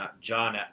John